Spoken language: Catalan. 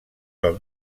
del